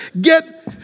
Get